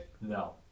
No